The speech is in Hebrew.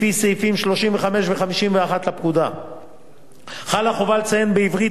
לפי סעיפים 35 ו-51 לפקודה חלה חובה לציין בעברית,